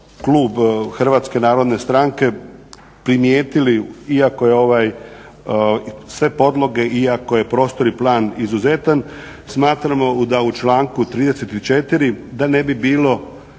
Hrvatske narodne stranke primijetili iako je ovaj, sve podloge iako je prostor i plan izuzetan smatramo da u članku 34. da ne bi bilo